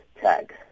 tag